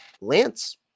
Lance